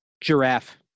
Giraffe